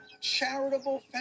charitable